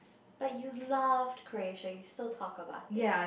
but you loved Croatia you still talk about it